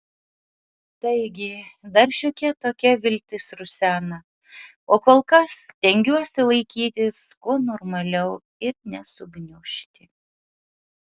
taigi dar šiokia tokia viltis rusena o kol kas stengiuosi laikytis kuo normaliau ir nesugniužti